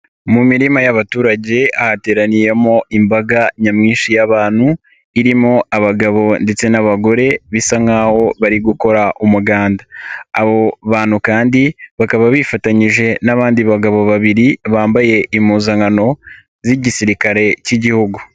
Mu mirima y'abaturage hateraniyemo imbaga nyamwinshi y'abantu, irimo abagabo ndetse n'abagore bisa nkaho bari gukora umuganda. Abo bantu kandi bakaba bifatanyije n'abandi bagabo babiri bambaye impuzankano z'igisirikare cy'igihugu.